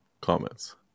comments